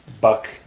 Buck